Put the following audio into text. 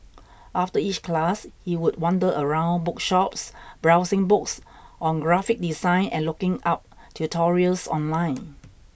after each class he would wander around bookshops browsing books on graphic design and looking up tutorials online